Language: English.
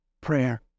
prayer